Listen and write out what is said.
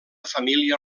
família